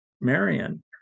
Marion